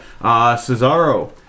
Cesaro